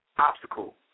Obstacle